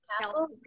Castle